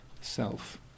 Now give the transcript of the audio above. self